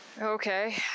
Okay